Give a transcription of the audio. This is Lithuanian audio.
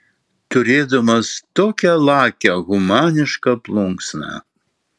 turėdamas tokią lakią humanišką plunksną